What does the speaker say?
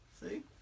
see